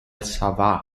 sabah